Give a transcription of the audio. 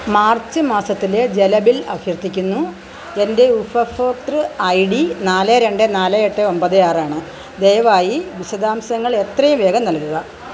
March മാസത്തിലെ ജല bill അഭ്യർത്ഥിക്കുന്നു എൻ്റെ ഉപഭോക്തൃ ഐ ഡി നാല് രണ്ട് നാല് എട്ട് ഒമ്പത് ആറാണ് ദയവായി വിശദാംശങ്ങൾ എത്രയും വേഗം നൽകുക